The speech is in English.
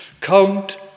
Count